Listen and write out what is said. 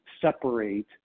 separate